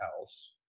house